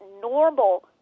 normal